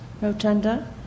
rotunda